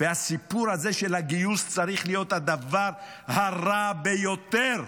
הסיפור הזה של הגיוס צריך להיות הדבר הרע ביותר.